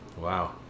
Wow